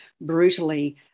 brutally